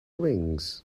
wings